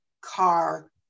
car